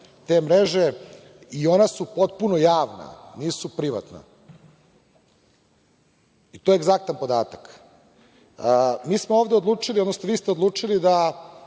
te mreže i ona su potpuno javna, nisu privatna i to je egzaktan podatak. Mi smo ovde odlučili, odnosno vi ste odlučili da